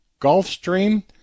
Gulfstream